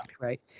Right